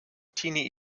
teenie